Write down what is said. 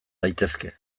daitezke